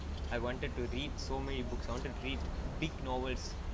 I wanted to read so many books I wanted to read big novels